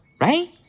right